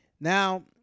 Now